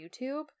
YouTube